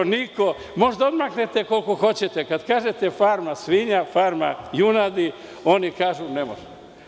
Možete da odmahnete koliko hoćete, kada kažete farma svinja, farma junadi, oni kažu – ne može.